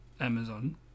Amazon